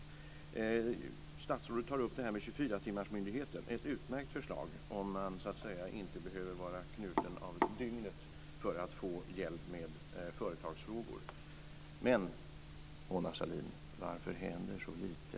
Statsrådet tar upp 24 timmarsmyndigheten, ett utmärkt förslag som gör att man, så att säga, inte behöver vara knuten till dygnets timmar för att få hjälp med företagsfrågor. Men, Mona Sahlin, varför händer så lite?